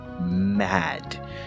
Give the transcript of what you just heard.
mad